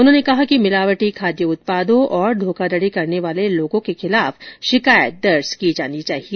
उन्होंने कहा कि मिलावटी खाद्य उत्पादों और धोखाधड़ी करने वाले लोगों के खिलाफ शिकायत दर्ज की जानी चाहिए